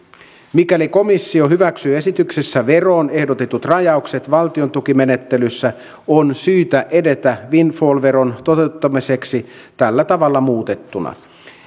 mikäli komissio hyväksyy esityksessä veroon ehdotetut rajaukset valtiontukimenettelyssä on syytä edetä windfall veron toteuttamiseksi tällä tavalla muutettuna